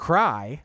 Cry